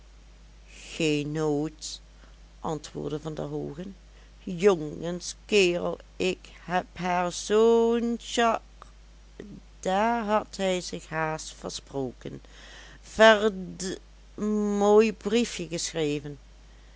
geen nood antwoordde van der hoogen jongens kerel ik heb haar zoo'n char daar had hij zich haast versproken verd mooi briefje geschreven